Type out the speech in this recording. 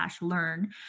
learn